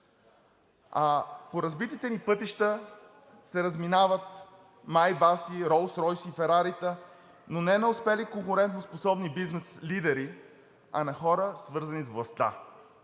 А по разбитите ни пътища се разминават майбаси, ролс-ройси, ферарита, но не на успели конкурентоспособни бизнес лидери, а на хора, свързани с властта,